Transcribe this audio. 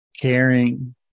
caring